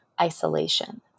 isolation